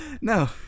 No